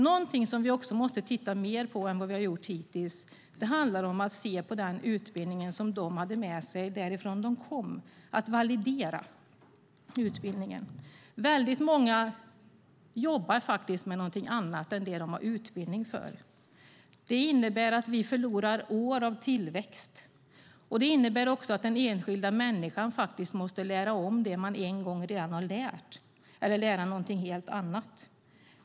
Någonting som vi också måste titta mer på än vad vi har gjort hittills handlar om den utbildning som de hade med sig därifrån de kom, att validera utbildningen. Väldigt många jobbar faktiskt med något annat än det som de har utbildning för. Det innebär att vi förlorar år av tillväxt. Det innebär också att man som enskild människa måste lära om det man en gång redan har lärt eller lära sig någonting helt annat.